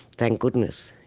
thank goodness,